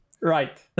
right